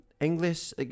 English